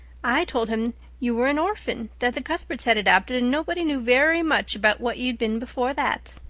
i told him you were an orphan that the cuthberts had adopted, and nobody knew very much about what you'd been before that.